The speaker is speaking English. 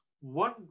one